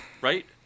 right